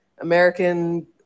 American